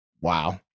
Wow